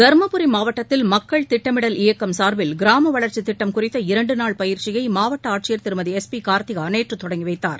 தருமபுரி மாவட்டத்தில் மக்கள் திட்டமிடல் இயக்கம் சார்பில் கிராம வளர்ச்சித் திட்டம் குறித்த இரண்டு நாள் பயிற்சியை மாவட்ட ஆட்சியர் திருமதி எஸ் பி கார்த்திகா நேற்று தொடங்கி வைத்தார்